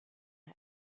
and